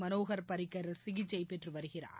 மனோன் பாரிக்கர் சிகிச்சை பெற்று வருகிறார்